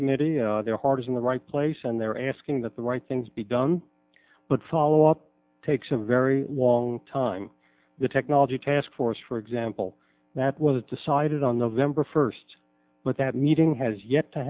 committee their heart is in the right place and they're asking that the right things be done but follow up takes a very long time the technology taskforce for example that was decided on november first but that meeting has yet to